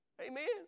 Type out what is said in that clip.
Amen